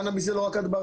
קנאביס זה לא רק הדברה.